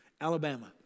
Alabama